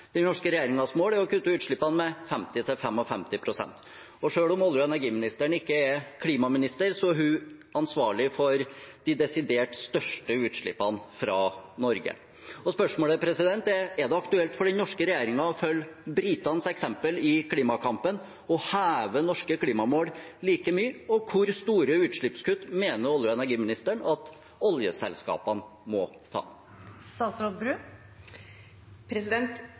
Den norske regjeringens mål er å kutte utslippene med 50–55 pst. Selv om olje- og energiministeren ikke er klimaminister, er hun ansvarlig for de desidert største utslippene fra Norge. Spørsmålet er: Er det aktuelt for den norske regjeringen å følge britenes eksempel i klimakampen og heve norske klimamål like mye? Og hvor store utslippskutt mener olje- og energiministeren at oljeselskapene må